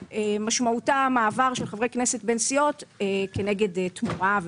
שמשמעותה מעבר של חברי כנסת בין סיעות כנגד תמורה,